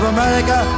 America